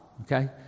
Okay